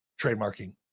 trademarking